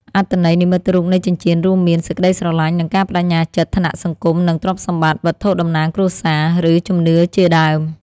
អត្ថន័យនិមិត្តរូបនៃចិញ្ចៀនរួមមាន សេចក្ដីស្រឡាញ់ និងការប្តេជ្ញាចិត្ត ឋានៈសង្គម និងទ្រព្យសម្បត្តិ វត្ថុតំណាងគ្រួសារ ឬជំនឿជាដើម។